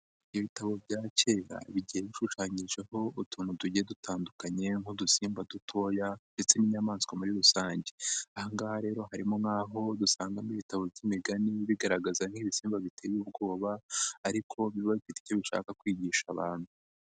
Ibitabo bya kera bigenda bishushanyijeho utuntu duke dutandukanye nk'udusimba dutoya ndetse n'inyamaswa muri rusange. Aha ngaha rero harimo n'aho dusangamo ibitabo by'imigani bigaragaza nk'ibisimba biteye ubwoba ariko biba bifite icyo bishaka kwigisha abantu.